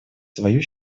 свою